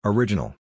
Original